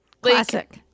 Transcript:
Classic